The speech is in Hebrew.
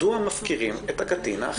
מדוע מפקירים את הקטין האחר?